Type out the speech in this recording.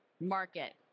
market